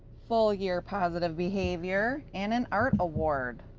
full year positive behavior, and an art award.